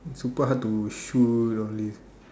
it's super hard to shoot all these